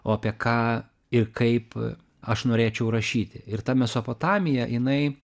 o apie ką ir kaip aš norėčiau rašyti ir ta mesopotamija jinai